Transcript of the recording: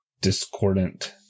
discordant